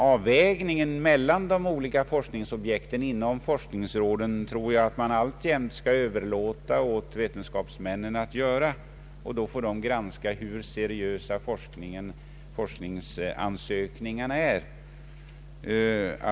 Avvägningen mellan de olika forskningsobjekten inom forskningsråden tror jag att man alltjämt skall överlåta åt vetenskapsmännen att göra. Då får dessa granska hur seriösa forskningsansökningarna är.